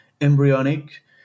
embryonic